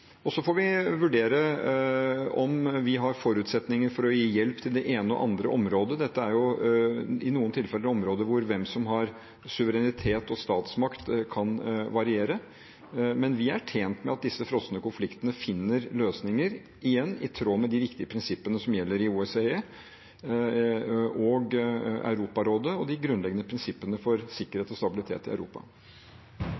Så får vi vurdere om vi har forutsetninger for å gi hjelp til det ene og andre området. Dette er jo i noen tilfeller områder hvor hvem som har suverenitet og statsmakt, kan variere. Men vi er tjent med at disse frosne konfliktene finner løsninger – igjen – i tråd med de viktige prinsippene som gjelder i OSSE og Europarådet, og de grunnleggende prinsippene for